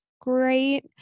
great